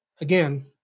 again